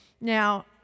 Now